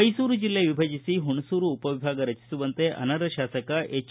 ಮೈಸೂರು ಜಿಲ್ಲೆ ವಿಭಜಿಸಿ ಹುಣಸೂರು ಉಪವಿಭಾಗ ರಚಿಸುವಂತೆ ಅನರ್ಹ ಶಾಸಕ ಎಜ್